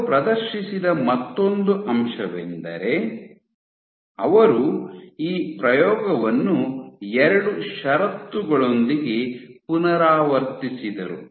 ಅವರು ಪ್ರದರ್ಶಿಸಿದ ಇನ್ನೊಂದು ಅಂಶವೆಂದರೆ ಅವರು ಈ ಪ್ರಯೋಗವನ್ನು ಎರಡು ಷರತ್ತುಗಳೊಂದಿಗೆ ಪುನರಾವರ್ತಿಸಿದರು